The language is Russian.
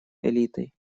элитой